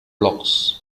blocks